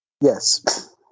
Yes